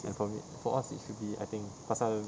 like for me for us it should be I think pasal